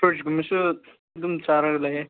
ꯐ꯭ꯔꯨꯠꯀꯨꯝꯕꯁꯨ ꯑꯗꯨꯝ ꯆꯥꯔꯒ ꯂꯩꯌꯦ